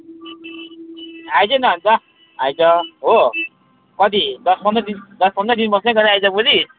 आइज न अन्त आइज हो कति दस पन्ध्र दिन दस पन्ध्र दिन बस्ने गरी आइज बुझिस्